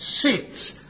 sits